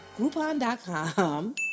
Groupon.com